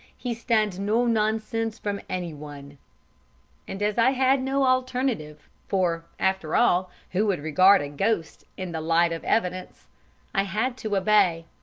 he stand no nonsense from anyone and as i had no alternative for, after all, who would regard a ghost in the light of evidence i had to obey.